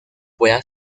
puede